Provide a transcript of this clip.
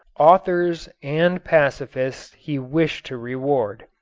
authors and pacifists he wished to reward.